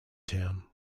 town